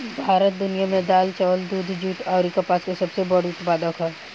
भारत दुनिया में दाल चावल दूध जूट आउर कपास के सबसे बड़ उत्पादक ह